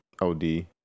OD